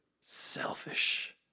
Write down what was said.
Selfish